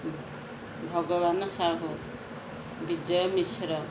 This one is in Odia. ଭଗବାନ ସାହୁ ବିଜୟ ମିଶ୍ର